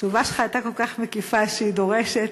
התשובה שלך הייתה כל כך מקיפה שהיא דורשת